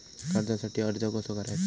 कर्जासाठी अर्ज कसो करायचो?